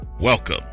Welcome